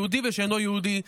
יהודי ושאינו יהודי,